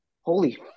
holy